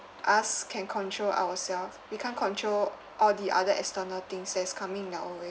us can control ourself we can't control all the other external things that's coming in their own way